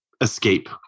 escape